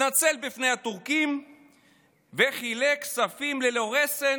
התנצל בפני הטורקים וחילק כספים ללא רסן